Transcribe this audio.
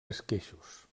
esqueixos